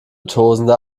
tosender